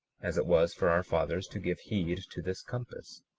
as it was for our fathers to give heed to this compass,